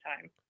time